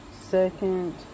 Second